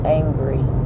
angry